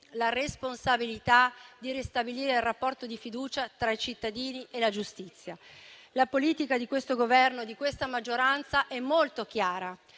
la responsabilità di ristabilire il rapporto di fiducia tra i cittadini e la giustizia. La politica di questo Governo e di questa maggioranza è molto chiara: